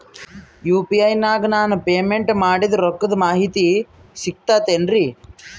UPI ನಾಗ ನಾನು payment ಮಾಡಿದ ರೊಕ್ಕದ ಮಾಹಿತಿ ಸಿಕ್ತಾತೇನ್ರೀ?